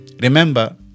Remember